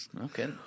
Okay